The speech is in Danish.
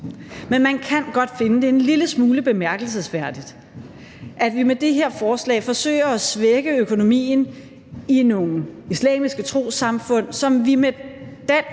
Men man kan godt finde det en lille smule bemærkelsesværdigt, at vi med det her forslag forsøger at svække økonomien i nogle islamiske trossamfund, som vi med den